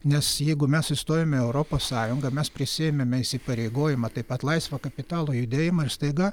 nes jeigu mes įstojom į europos sąjungą mes prisiėmėm įsipareigojimą taip pat laisvo kapitalo judėjimą ir staiga